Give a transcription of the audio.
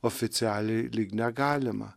oficialiai lyg negalima